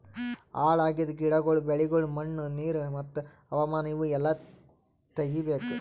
ಹಾಳ್ ಆಗಿದ್ ಗಿಡಗೊಳ್, ಬೆಳಿಗೊಳ್, ಮಣ್ಣ, ನೀರು ಮತ್ತ ಹವಾಮಾನ ಇವು ಎಲ್ಲಾ ತೆಗಿಬೇಕು